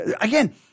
again